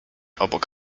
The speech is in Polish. obok